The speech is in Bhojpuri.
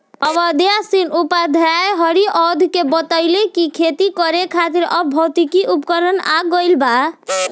अयोध्या सिंह उपाध्याय हरिऔध के बतइले कि खेती करे खातिर अब भौतिक उपकरण आ गइल बा